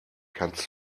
kannst